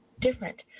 different